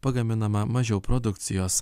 pagaminama mažiau produkcijos